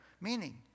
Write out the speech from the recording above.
meaning